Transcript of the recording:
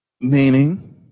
Meaning